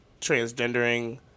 transgendering